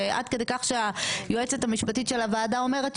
עד כדי כך שהיועצת המשפטית של הוועדה אומרת,